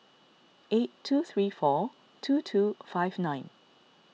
eight two three four two two five nine